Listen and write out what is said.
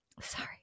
Sorry